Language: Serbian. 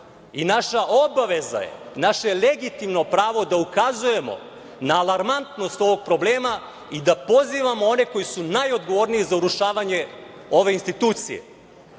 i naša obaveza je, naše legitimno pravo da ukazujemo na alarmantnost ovog problema i da pozivamo one koji su najodgovorniji za urušavanje ove institucije.S